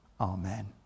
Amen